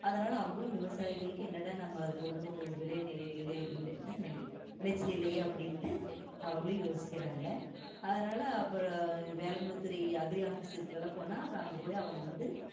அதனால் அவுங்களும் விவசாயிகளுக்கு என்னடா நம்ம ஒரு விலை விளைச்சல் இல்லையே அப்படின்ட்டு அவங்களும் யோசிக்கிறாங்க அதனால் அப்றம் வேளாண்மை துறை அக்ரி ஆஃபிஸர்க்கெல்லாம் போனால் அப்புறம் அங்கே போய் அவங்க வந்து